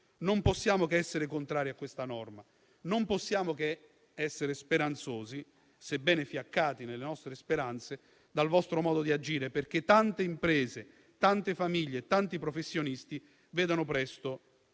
Non possiamo che essere contrari a questo provvedimento, non possiamo che essere speranzosi, sebbene fiaccati nelle nostre speranze dal vostro modo di agire, perché tante imprese, tante famiglie e tanti professionisti vedano presto